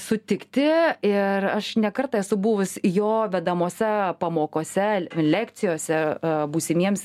sutikti ir aš ne kartą esu buvus jo vedamose pamokose lekcijose būsimiems